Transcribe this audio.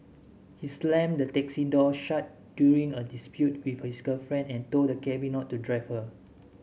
he slammed the taxi door shut during a dispute with his girlfriend and told the cabby not to drive her